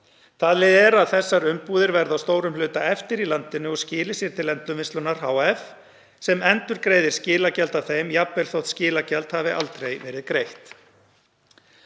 Talið er að þessar umbúðir verði að stórum hluta eftir í landinu og skili sér til Endurvinnslunnar hf., sem endurgreiðir skilagjald af þeim jafnvel þótt skilagjald hafi aldrei verið greitt.